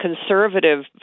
conservative